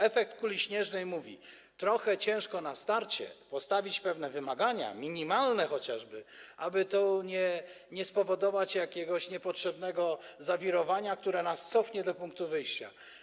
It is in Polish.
Efekt kuli śnieżnej pokazuje: trochę ciężko na starcie, ale trzeba postawić pewne wymagania, minimalne chociażby, aby nie spowodować jakiegoś niepotrzebnego zawirowania, które nas cofnie do punktu wyjścia.